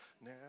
now